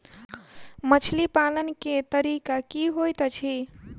मछली पालन केँ तरीका की होइत अछि?